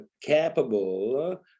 capable